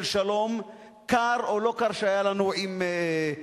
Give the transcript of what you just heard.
שלום קר או לא קר שהיה לנו עם המצרים.